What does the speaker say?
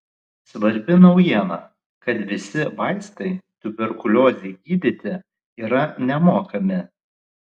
svarbi naujiena kad visi vaistai tuberkuliozei gydyti yra nemokami